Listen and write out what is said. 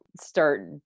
start